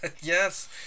Yes